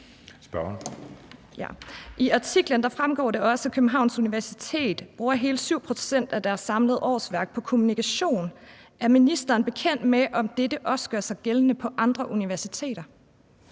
I artiklen fremgår det også, at Københavns Universitet bruger hele 7 pct. af deres samlede årsværk på kommunikation. Er ministeren bekendt med, om dette også gør sig gældende på andre universiteter?